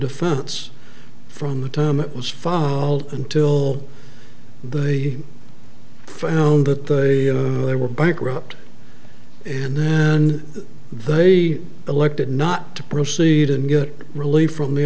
defense from the time it was five until they found that they were bankrupt and then they elected not to proceed and get relief from the